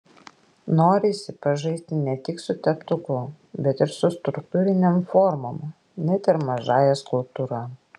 norisi pažaisti ne tik su teptuku bet ir struktūrinėm formom net ir mažąja skulptūra